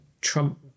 Trump